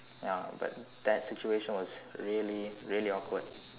ya but that situation was really really awkward